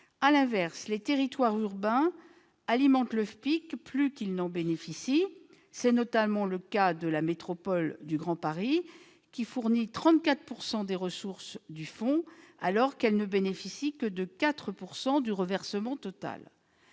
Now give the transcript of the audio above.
À l'inverse, les territoires urbains alimentent le FPIC plus qu'ils n'en bénéficient. C'est notamment le cas de la métropole du Grand Paris, qui fournit 34 % des ressources du fonds alors qu'elle ne bénéficie que de 4 % du reversement total.